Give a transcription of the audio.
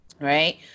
Right